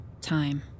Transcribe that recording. time